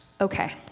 okay